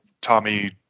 Tommy